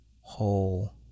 whole